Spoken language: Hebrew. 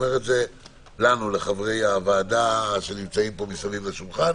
לחברי הוועדה שנמצאים פה מסביב לשולחן